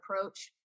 approach